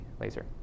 laser